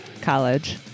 college